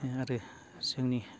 आरो जोंनि